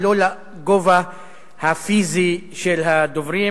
ולא לגובה הפיזי של הדוברים,